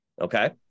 Okay